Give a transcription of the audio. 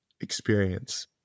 experience